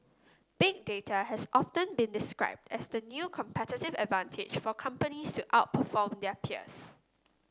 Big Data has often been described as the new competitive advantage for companies to outperform their peers